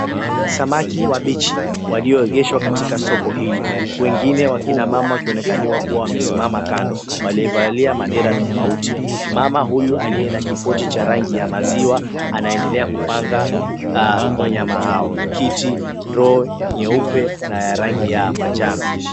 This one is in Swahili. Samaki wabichi walioegeshwa katika soko hili. Wengine wakina mama wanaonekana wamesimama kando wamevalia madera tofauti. Mama huyu aliye na kipochi cha rangi ya maziwa anaendelea kupanga wanyama hao. Kiti ndoo nyeupe na ya rangi ya manjano.